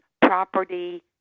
property